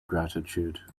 gratitude